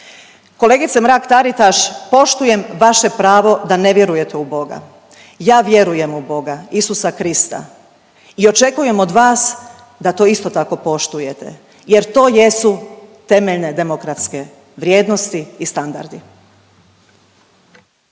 Kolegice Mrak-Taritaš poštujem vaše pravo da ne vjerujete u boga. Ja vjerujem u boga Isusa Krista i očekujem od vas da to isto tako poštujete, jer to jesu temeljne demokratske vrijednosti i standardi.